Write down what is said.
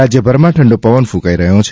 રાજ્યભરમાં ઠંડો પવન ક્રંકાઈ રહ્યો છે